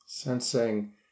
Sensing